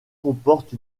comporte